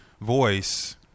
voice